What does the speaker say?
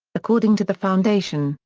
according to the foundation,